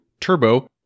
Turbo